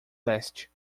leste